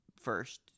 first